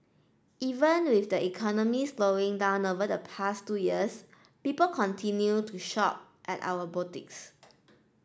even with the economy slowing down over the past two years people continued to shop at our boutiques